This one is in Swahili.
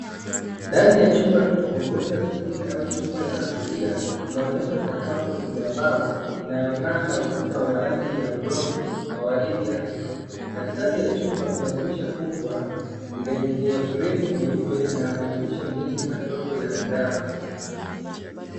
Ndani ya chumba tupu, huenda sebule au chumba cha kulia, inaonyesha sakafu ya mbao inayong'aa, na ukuta wa rangi ya udongo wa waridi hafifu. Katikati ya chumba kuna dirisha kubwa, lenye fremu nyeupe na madirisha mengi madogo ya mraba.